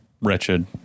wretched